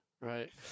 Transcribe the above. Right